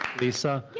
lisa. yes.